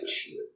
shield